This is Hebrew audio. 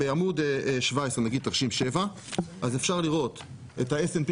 בעמוד 17 נגיד תרשים 7 אז אפשר לראות את ה-s&p